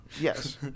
Yes